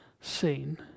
scene